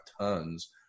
tons